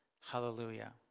Hallelujah